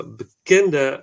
bekende